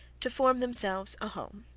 to form themselves a home.